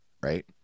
right